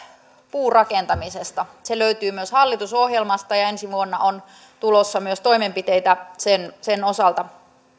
puurakentamisesta se löytyy myös hallitusohjelmasta ja ensi vuonna on tulossa myös toimenpiteitä sen sen osalta